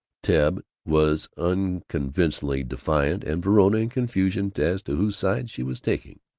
ted was unconvincingly defiant, and verona in confusion as to whose side she was taking.